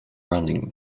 running